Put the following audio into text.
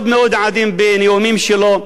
מאוד מאוד עדין בנאומים שלו,